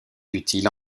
utile